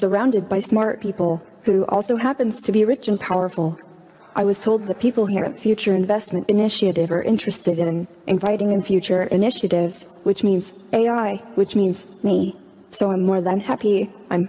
surrounded by smart people who also happens to be rich and powerful i was told the people here in future investment initiative are interested in inviting in future initiatives which means ai which means me so i'm more than happy i'm